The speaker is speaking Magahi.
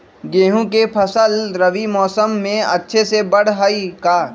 गेंहू के फ़सल रबी मौसम में अच्छे से बढ़ हई का?